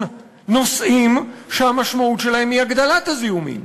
נושאים שהמשמעות שלהם היא הגדלת הזיהומים.